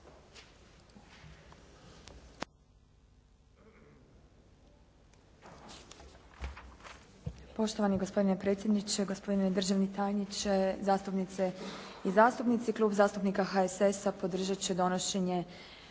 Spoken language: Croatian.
Poštovani gospodine predsjedniče, gospodine državni tajniče, zastupnice i zastupnici. Klub zastupnika HSS-a podržati će donošenje